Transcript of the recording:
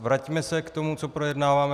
Vraťme se k tomu, co projednáváme.